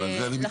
לא